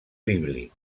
bíblic